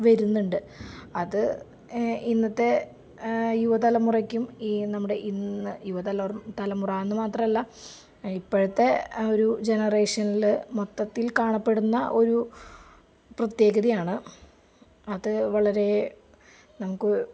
വരുന്നുണ്ട് അത് ഇന്നത്തെ യുവതലമുറയ്ക്കും ഈ നമ്മുടെ ഇന്ന് യുവതലറ തലമുറ എന്ന് മാത്രമല്ല ഇപ്പോഴത്തെ അ ഒരു ജനറേഷനിൽ മൊത്തത്തിൽ കാണപ്പെടുന്ന ഒരു പ്രത്യേകതയാണ് അത് വളരെ നമുക്ക്